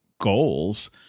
goals